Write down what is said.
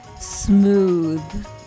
Smooth